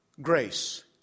Grace